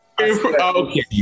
Okay